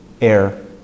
Air